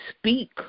speak